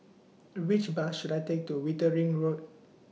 Which Bus should I Take to Wittering Road